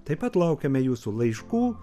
taip pat laukiame jūsų laiškų